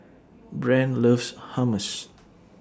Brent loves Hummus